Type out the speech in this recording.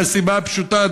מהסיבה הפשוטה,